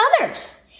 others